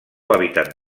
hàbitat